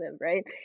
right